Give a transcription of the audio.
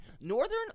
Northern